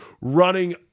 running